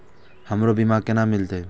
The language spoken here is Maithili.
हमरो बीमा केना मिलते?